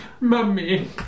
Mummy